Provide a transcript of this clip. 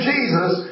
Jesus